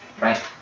right